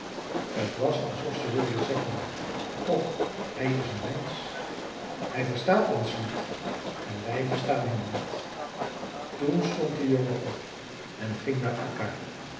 t was alsof ze wilden zeggen och hij is een mensch hij verstaat ons niet en wij verstaan hem niet toen stond de jongen op en ging naar akka